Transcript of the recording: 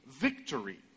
victory